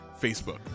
Facebook